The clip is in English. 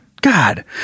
God